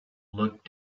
looked